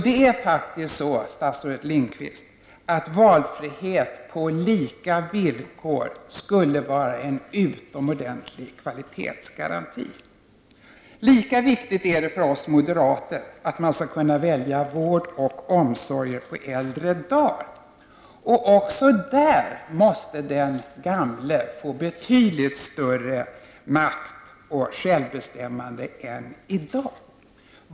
Det är faktiskt så, statsrådet Lindqvist, att valfrihet på lika villkor skulle vara en utomordentlig kvalitetsgaranti. Lika viktigt är det för oss moderater att man skall kunna välja vård och omsorger på äldre dar. Också där måste den gamle få betydligt större makt och självbestämmande än i dag.